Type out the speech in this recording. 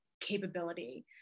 capability